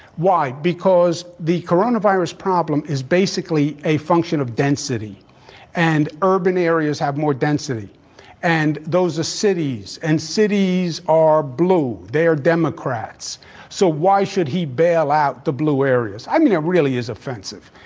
why, because the coronavirus problem is basically a function of density and urban areas have more density and those are ah cities and cities are blue, they are democrats so why should he bail out the blue areas, i mean it really is offensive,